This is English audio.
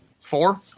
Four